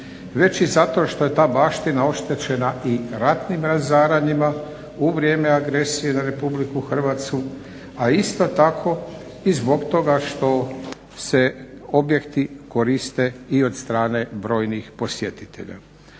već i zato što je ta baština oštećena i ratnim razaranjima u vrijeme agresije na RH, a isto tako i zbog toga što se objekti koriste i od strane brojnih posjetitelja.